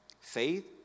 faith